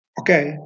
okay